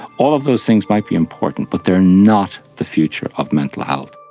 all of those things might be important but they are not the future of mental health.